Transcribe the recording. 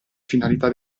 finalità